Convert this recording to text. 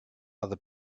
other